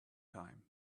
time